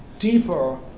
deeper